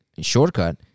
shortcut